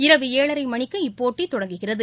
இரவு ஏழரை மணிக்கு இப்போட்டி தொடங்குகிறது